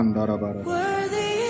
Worthy